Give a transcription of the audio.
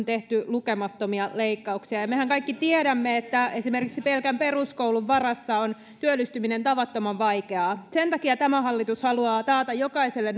tehty lukemattomia leikkauksia mehän kaikki tiedämme että esimerkiksi pelkän peruskoulun varassa on työllistyminen tavattoman vaikeaa sen takia tämä hallitus haluaa taata jokaiselle